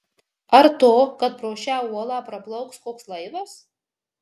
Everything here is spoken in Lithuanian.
ar to kad pro šią uolą praplauks koks laivas